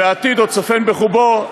והעתיד עוד צופן בחובו,